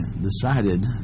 decided